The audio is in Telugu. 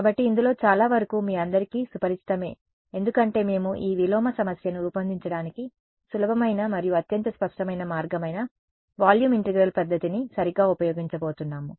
కాబట్టి ఇందులో చాలా వరకు మీ అందరికీ సుపరిచితమే ఎందుకంటే మేము ఈ విలోమ సమస్యను రూపొందించడానికి సులభమైన మరియు అత్యంత స్పష్టమైన మార్గం అయిన వాల్యూమ్ ఇంటిగ్రల్ పద్ధతిని సరిగ్గా ఉపయోగించబోతున్నాము